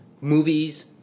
movies